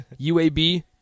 UAB